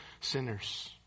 sinners